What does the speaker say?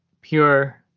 pure